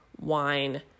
wine